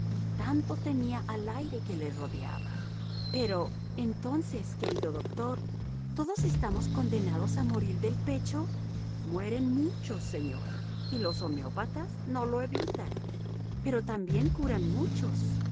tanto temía al aire que le rodeaba pero entonces querido doctor todos estamos condenados a morir del pecho mueren muchos señora y los homeópatas no lo evitan pero también curan muchos